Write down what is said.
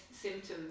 symptoms